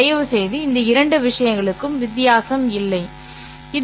தயவுசெய்து இந்த இரண்டு விஷயங்களுக்கும் வித்தியாசம் இல்லை சரி